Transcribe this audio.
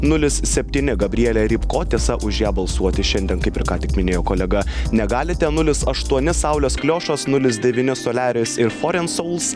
nulis septyni gabrielė rybko tiesa už ją balsuoti šiandien kaip ir ką tik minėjo kolega negalite nulis aštuoni saulės kliošas nulis devyni soliaris ir foren sauls